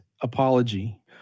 Apology